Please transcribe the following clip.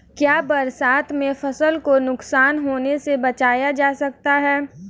क्या बरसात में फसल को नुकसान होने से बचाया जा सकता है?